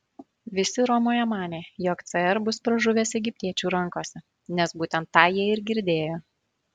visi romoje manė jog cr bus pražuvęs egiptiečių rankose nes būtent tą jie ir girdėjo